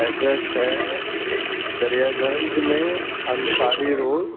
address ہے دریا گنج میں Ansari road